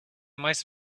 most